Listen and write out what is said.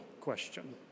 question